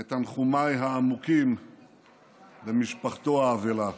את תנחומיי העמוקים למשפחתו האבלה.